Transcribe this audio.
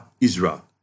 Israel